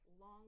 long